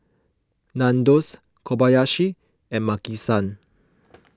Nandos Kobayashi and Maki San